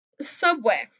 Subway